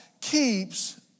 keeps